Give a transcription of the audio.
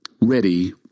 ready